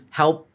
help